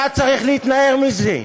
אתה צריך להתנער מזה,